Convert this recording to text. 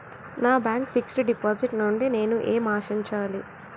నా bank fixed deposit నుండి నేను ఏమి ఆశించాలి?